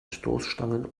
stoßstangen